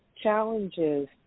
Challenges